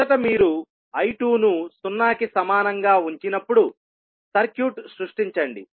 మొదట మీరు I2 ను 0 కి సమానంగా ఉంచినప్పుడు సర్క్యూట్ సృష్టించండి